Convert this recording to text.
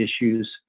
issues